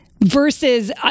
Versus